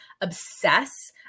obsess